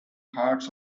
hearts